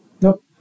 Nope